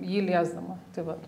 jį liesdama tai vat